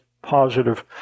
positive